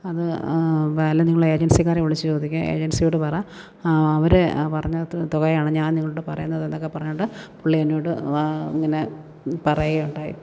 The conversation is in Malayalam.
അത് നിങ്ങൾ എജന്സിക്കാരെ വിളിച്ചു ചോദിക്ക് എജന്സിയോട് പറ അവർ ആ പറഞ്ഞ തുകയാണ് ഞാന് നിങ്ങളോട് പറയുന്നത് എന്നൊക്കെ പറഞ്ഞുകൊണ്ട് പുള്ളി എന്നോട് ഇങ്ങനെ പറയുകയുണ്ടായി